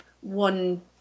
one